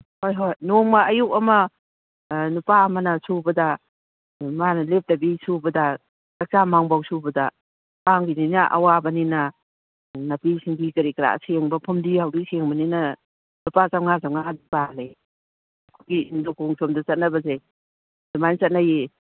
ꯍꯣꯏ ꯍꯣꯏ ꯅꯣꯡꯃ ꯑꯌꯨꯛ ꯑꯃ ꯅꯨꯄꯥ ꯑꯃꯅ ꯁꯨꯕꯗ ꯃꯥꯅ ꯂꯦꯞꯇꯕꯤ ꯁꯨꯕꯗ ꯆꯛꯆꯥ ꯃꯥꯡꯐꯥꯎ ꯁꯨꯕꯗ ꯐꯥꯝꯒꯤꯅꯤꯅ ꯑꯋꯥꯕꯅꯤꯅ ꯅꯥꯄꯤ ꯁꯤꯡꯕꯤ ꯀꯔꯤ ꯀꯔꯥ ꯁꯦꯡꯕ ꯐꯨꯝꯗꯤ ꯍꯥꯎꯗꯤ ꯁꯦꯡꯕꯅꯤꯅ ꯂꯨꯄꯥ ꯆꯧꯉ꯭ꯋꯥ ꯆꯧꯉ꯭ꯋꯥꯗꯤ ꯇꯥꯜꯂꯦ ꯆꯠꯅꯕꯁꯦ ꯑꯗꯨꯃꯥꯏ ꯆꯠꯅꯩꯌꯦ